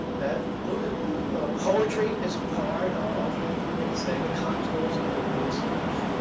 that buddhist poetry is part of what we can say the contours of a buddhist life.